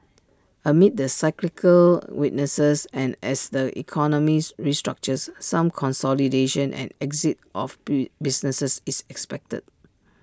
amid the cyclical weakness and as the economies restructures some consolidation and exit of businesses is expected